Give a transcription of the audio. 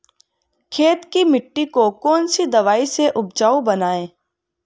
खेत की मिटी को कौन सी दवाई से उपजाऊ बनायें?